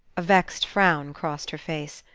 a vexed frown crossed her face.